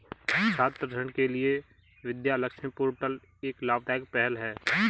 छात्र ऋण के लिए विद्या लक्ष्मी पोर्टल एक लाभदायक पहल है